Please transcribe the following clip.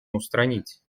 устранить